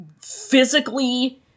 physically